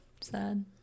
Sad